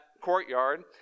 courtyard